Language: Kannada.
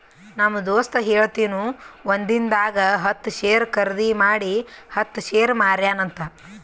ನಮ್ ದೋಸ್ತ ಹೇಳತಿನು ಒಂದಿಂದಾಗ ಹತ್ತ್ ಶೇರ್ ಖರ್ದಿ ಮಾಡಿ ಹತ್ತ್ ಶೇರ್ ಮಾರ್ಯಾನ ಅಂತ್